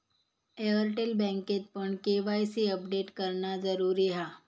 Airtel बँकेतपण KYC update करणा जरुरी हा